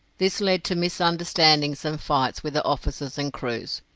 this led to misunderstandings and fights with their officers and crews,